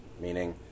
Meaning